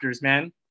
man